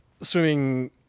swimming